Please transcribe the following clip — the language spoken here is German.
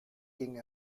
ging